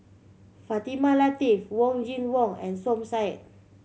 Fatimah Lateef Wong Kin Jong and Som Said